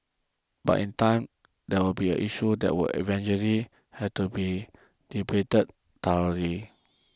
but in time this will be an issue that will eventually have to be debated thoroughly